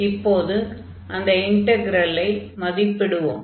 இப்போது அந்த இன்டக்ரலை மதிப்பிடுவோம்